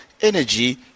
energy